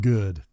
Good